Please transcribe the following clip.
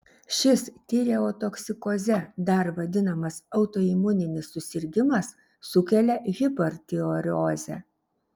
šis tireotoksikoze dar vadinamas autoimuninis susirgimas sukelia hipertireozę